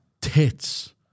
tits